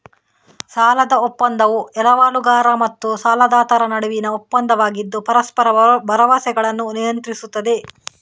ಸಾಲದ ಒಪ್ಪಂದವು ಎರವಲುಗಾರ ಮತ್ತು ಸಾಲದಾತರ ನಡುವಿನ ಒಪ್ಪಂದವಾಗಿದ್ದು ಪರಸ್ಪರ ಭರವಸೆಗಳನ್ನು ನಿಯಂತ್ರಿಸುತ್ತದೆ